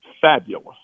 fabulous